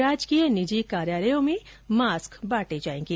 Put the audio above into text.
राजकीय निजी कार्यालयों में मास्क बांटे जाएंगे